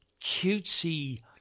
cutesy